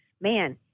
man